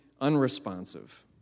unresponsive